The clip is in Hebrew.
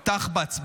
תחב"צ,